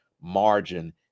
margin